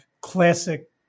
classic